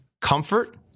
comfort